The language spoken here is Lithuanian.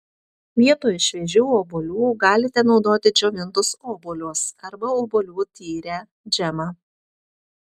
vietoj šviežių obuolių galite naudoti džiovintus obuolius arba obuolių tyrę džemą